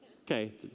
Okay